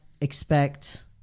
expect